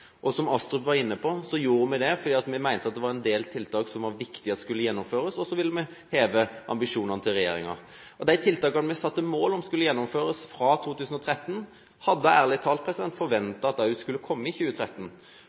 Som Astrup var inne på, gjorde vi det fordi vi mente at det var en del tiltak som det var viktig å gjennomføre, og så ville vi heve ambisjonene til regjeringen. De tiltakene vi satte mål om skulle gjennomføres fra 2013, hadde jeg ærlig talt forventet også skulle komme i 2013.